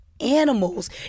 animals